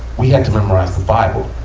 we had to memorize the bible.